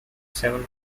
seven